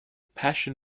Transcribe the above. passion